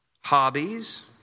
hobbies